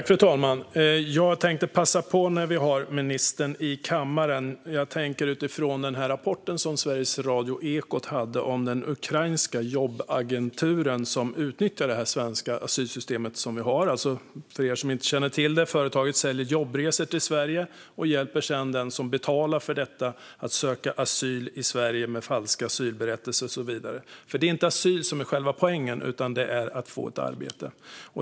Fru talman! Jag tänkte när vi har ministern i kammaren passa på att ta upp rapporten i Sveriges Radios Ekot om den ukrainska jobbagenturen som utnyttjar det svenska asylsystemet. För er som inte känner till det säljer företaget alltså jobbresor till Sverige och hjälper sedan den som betalar för detta att söka asyl i Sverige med falska asylberättelser och så vidare. Det är inte asyl som är själva poängen utan att få ett arbete.